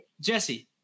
jesse